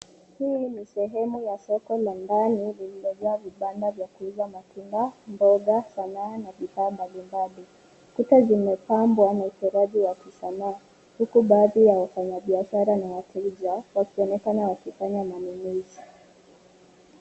Hii ni sehemu ya soko la ndani lililo jaa vibanda vya kuuza matunda, mboga, sanaa na bidhaa mbalimbali. Kuta zimepambwa na uchoraji wa kisanaa huku baadhi ya wafanyabiashara na wateja wakionekana wakifanya manunuzi.